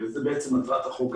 זה מטרת החוק,